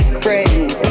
friends